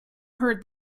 heard